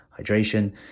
hydration